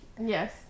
yes